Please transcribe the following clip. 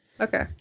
Okay